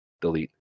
delete